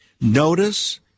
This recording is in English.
Notice